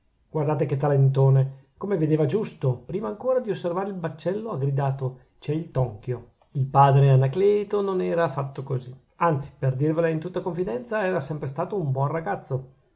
guardate che talentone come vedeva giusto prima ancora di osservare il baccello ha gridato c'è il tonchio il padre anacleto non era fatto così anzi per dirvela in tutta confidenza era sempre stato un buon ragazzo